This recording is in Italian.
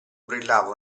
brillava